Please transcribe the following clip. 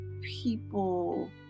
people